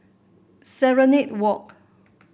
Serenade Walk